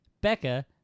Becca